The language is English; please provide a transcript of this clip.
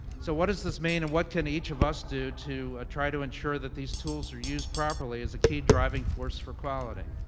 so, what does this mean and what can each of us do to try to ensure that these tools are used properly as a key driving force for quality?